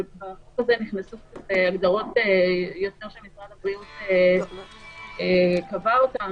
אבל ההגדרות שמשרד הבריאות קבע אותם,